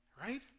Right